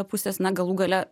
pusės na galų gale